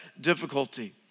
difficulty